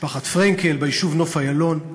משפחת פרנקל, ביישוב נוף-איילון.